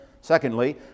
Secondly